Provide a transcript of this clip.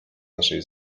naszej